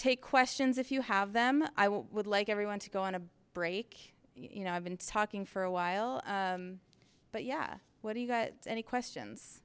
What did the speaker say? take questions if you have them i would like everyone to go on a break you know i've been talking for a while but yeah what do you got any questions